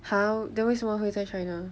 !huh! then 为什么会在 china